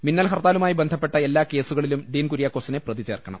മിന്നൽ ഹർത്താലുമായി ബന്ധപ്പെട്ട എല്ലാ കേസു കളിലും ഡീൻ കുര്യാക്കോസിനെ പ്രതി ചേർക്കണം